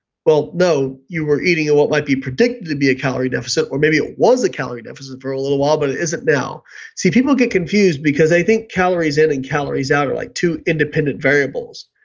well no, you were eating at what might be predicted to be a calorie deficit or maybe it was a calorie deficit for a little while but it isn't now see, people get confused because they think calories in and calories out are like two independent variables.